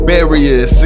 Barriers